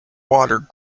water